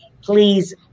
please